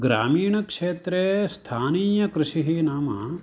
ग्रामीणक्षेत्रे स्थानीयकृषिः नाम